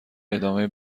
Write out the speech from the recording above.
ادامه